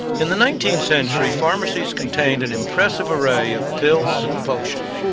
in the nineteenth century, pharmacies contained an impressive array of pills and potions.